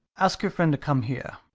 ask your friend to come here.